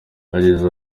yagize